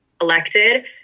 elected